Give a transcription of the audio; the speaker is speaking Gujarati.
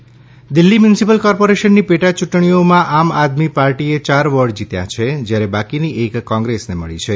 દિલ્હી એમસીડી ચુંટણી દિલ્હી મ્યુનિસિપલ કોર્પોરેશનની પેટા ચૂંટણીઓમાં આમ આદમી પાર્ટીએ ચાર વોર્ડ જીત્યા છે જ્યારે બાકીની એક કોંગ્રેસને મળી છે